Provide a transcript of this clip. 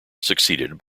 succeeded